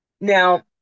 Now